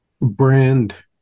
brand-